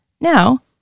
Now